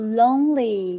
lonely